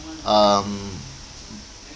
um